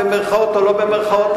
במירכאות או לא במירכאות,